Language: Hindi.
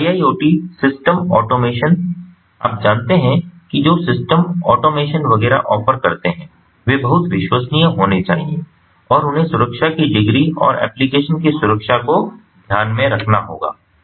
तो IIoT सिस्टम ऑटोमेशन आप जानते हैं कि जो सिस्टम ऑटोमेशन वगैरह ऑफर करते हैं वे बहुत विश्वसनीय होने चाहिए और उन्हें सुरक्षा की डिग्री और एप्लिकेशन की सुरक्षा को ध्यान में रखना होगा